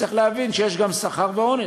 צריך להבין שיש גם שכר ועונש.